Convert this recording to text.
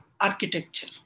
architecture